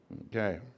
Okay